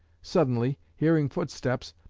suddenly hearing footsteps,